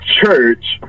church